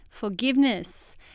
Forgiveness